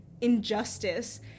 injustice